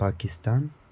Pakistan